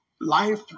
life